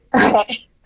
Okay